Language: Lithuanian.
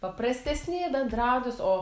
paprastesni bendrautis o